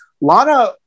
Lana